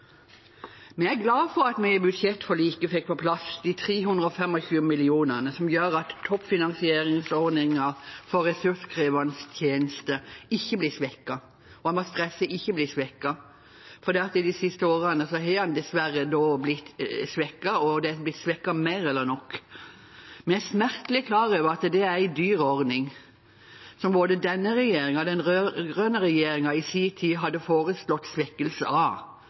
Vi er glade for at vi i budsjettforliket fikk på plass 325 mill. kr, noe som gjør at toppfinansieringsordningen for ressurskrevende tjenester ikke blir svekket. De siste årene har den dessverre blitt svekket, og den er blitt svekket mer enn nok. Vi er smertelig klar over at det er en dyr ordning som både denne regjeringen og den rød-grønne regjeringen i sin tid hadde foreslått svekkelse av.